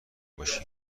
باشی